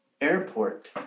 airport